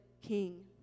king